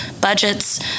budgets